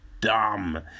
dumb